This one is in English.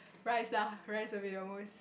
rice lah rice will be the most